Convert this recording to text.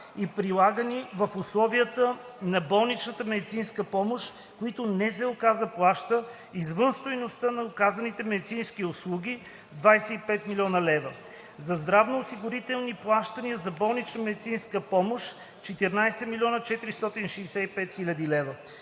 и прилагани в условията на болничната медицинска помощ, които НЗОК заплаща извън стойността на оказваните медицински услуги – 25 000 хил. лв.; - за здравноосигурителни плащания за болнична медицинска помощ – 14 465 хил. лв.